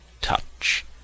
touch